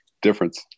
difference